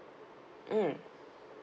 mm